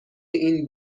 این